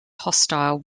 hostile